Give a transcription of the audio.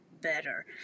better